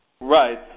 Right